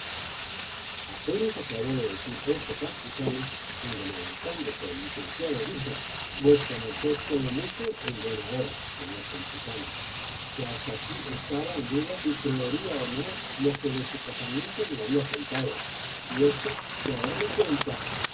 apenas acabó de decir esto campuzano cuando levantándose el licenciado dijo vuesa merced quede mucho en buenora señor campuzano que hasta aquí estaba en duda si creería o no lo que de su casamiento me había contado y esto que aora me cuenta